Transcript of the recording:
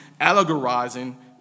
allegorizing